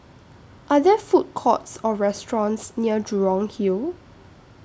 Are There Food Courts Or restaurants near Jurong Hill